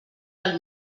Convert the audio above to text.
del